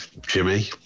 jimmy